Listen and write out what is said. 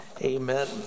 amen